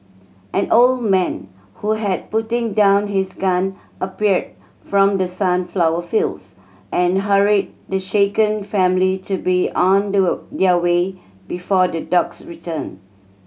an old man who had putting down his gun appeared from the sunflower fields and hurried the shaken family to be on their way before the dogs return